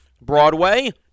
Broadway